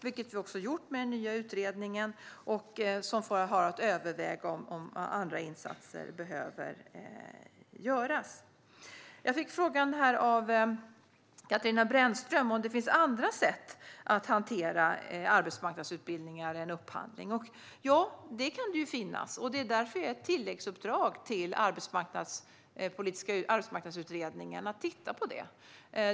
Det har vi också gjort i och med den nya utredningen, som har att överväga om andra insatser behöver göras. Jag fick frågan av Katarina Brännström om det finns andra sätt än upphandlingar att hantera arbetsmarknadsutbildningar. Ja, det kan det finnas, och det är därför det finns ett tilläggsuppdrag till Arbetsmarknadsutredningen att titta på detta.